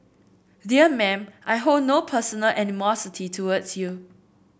dear Mam I hold no personal animosity towards you